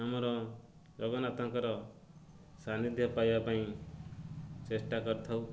ଆମର ଜଗନ୍ନାଥଙ୍କର ସାାନିଧ୍ୟ୍ୟ ପାଇବା ପାଇଁ ଚେଷ୍ଟା କରିଥାଉ